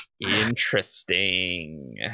Interesting